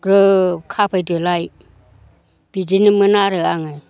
ग्रोब खाफैदोलाय बिदिनोमोन आरो आङो